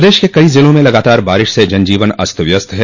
प्रदेश के कई जिलों में लगातार बारिश से जन जीवन अस्त व्यस्त है